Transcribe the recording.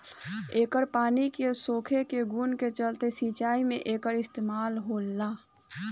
एकर पानी के सोखे के गुण के चलते सिंचाई में एकर इस्तमाल होला